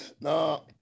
No